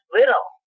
little